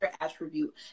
attribute